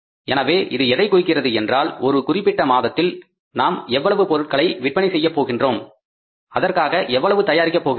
எனவே இது எதைக் குறிக்கிறது என்றால் ஒரு குறிப்பிட்ட மாதத்தில் நாம் எவ்வளவு பொருட்களை விற்பனை செய்யப் போகின்றோம் அதற்காக எவ்வளவு தயாரிக்கப் போகிறோம்